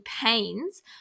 pains